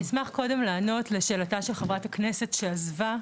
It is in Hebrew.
אני אשמח קודם לענות לשאלתה של חברת הכנסת שעזבה.